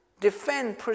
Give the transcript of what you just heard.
defend